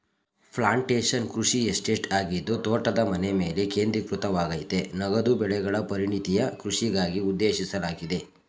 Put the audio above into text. plantation ಕೃಷಿ estate ಆಗಿದ್ದು ತೋಟದ ಮನೆಮೇಲೆ ಕೇಂದ್ರೀಕೃತವಾಗಯ್ತೆ ನಗದು ಬೆಳೆಗಳ ಪರಿಣತಿಯ ಕೃಷಿಗಾಗಿ ಉದ್ದೇಶಿಸಲಾಗಿದೆ